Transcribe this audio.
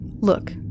Look